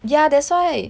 yah that's why